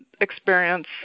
experience